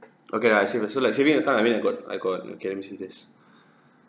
okay lah I say first so like saving account I mean I got I got okay let me see this